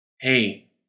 Hey